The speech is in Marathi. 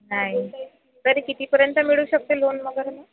नाही तरी किती पर्यंत मिळू शकते लोन वगैरे मग